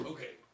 Okay